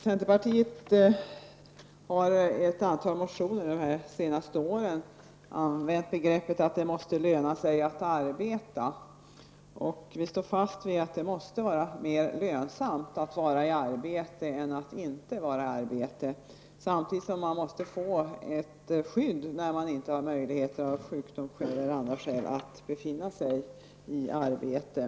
Centerpartiet har i ett antal motioner under de senaste åren använt begreppet att det måste löna sig att arbeta. Vi står fast vid att det måste vara mer lönsamt att vara i arbete än att inte vara där, samtidigt som man måste få ett skydd när man inte har möjlighet på grund av sjukdom eller av andra skäl att befinna sig i arbete.